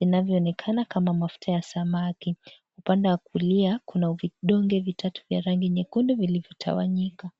vinavyoonekana kama mafuta ya samaki, upande wa kulia kuna vidonge vitatu vya rangi nyekundu vilivyo tawanyika.